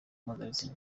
mpuzabitsina